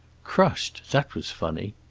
crushed! that was funny.